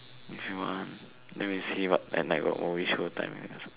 if you want then we see what at night got movie show time we have